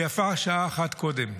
ויפה שעה אחת קודם.